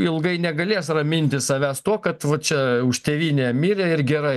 ilgai negalės raminti savęs tuo kad va čia už tėvynę mirė ir gerai